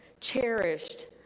cherished